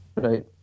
Right